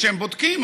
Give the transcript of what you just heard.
כשהם בודקים,